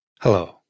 Hello